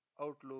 outlook